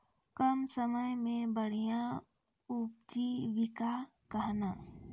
कम समय मे बढ़िया उपजीविका कहना?